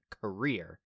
career